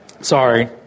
sorry